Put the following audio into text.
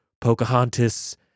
Pocahontas